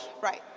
Right